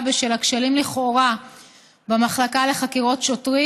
בשל הכשלים לכאורה במחלקה לחקירות שוטרים.